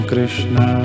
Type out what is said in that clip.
Krishna